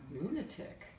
lunatic